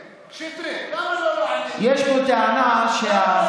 שטרית, למה לא, למה לא תקפת אותו?